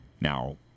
Now